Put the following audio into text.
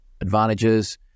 advantages